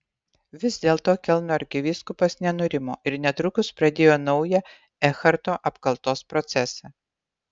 vis dėlto kelno arkivyskupas nenurimo ir netrukus pradėjo naują ekharto apkaltos procesą